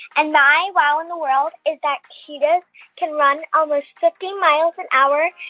and my wow in the world is that cheetahs can run almost fifty miles an hour.